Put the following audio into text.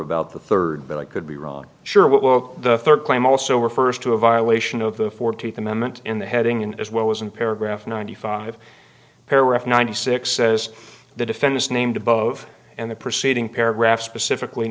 about the third but i could be wrong sure what well the third claim also refers to a violation of the fourteenth amendment in the heading in as well as in paragraph ninety five paragraph ninety six says the defendants named above and the preceding paragraph specifically